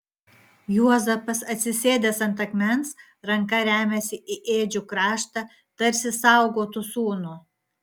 juozapas atsisėdęs ant akmens ranka remiasi į ėdžių kraštą tarsi saugotų sūnų